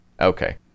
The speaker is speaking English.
Okay